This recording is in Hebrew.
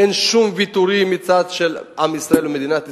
אין שום ויתורים מצד עם ישראל ומדינת ישראל.